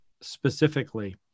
specifically